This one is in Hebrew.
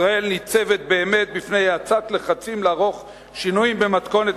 ישראל ניצבת באמת בפני לחצים לערוך שינויים במתכונת